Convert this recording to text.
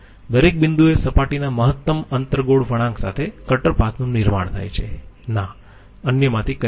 દરેક બિંદુએ સપાટીના મહત્તમ અંતર્ગોળ વળાંક સાથે કટર પાથ નું નિર્માણ થાય છે ના અન્યમાંથી કંઈ નહીં